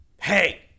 hey